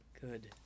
good